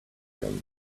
him